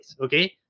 Okay